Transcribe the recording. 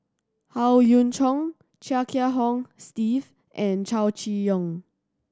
Howe Yoon Chong Chia Kiah Hong Steve and Chow Chee Yong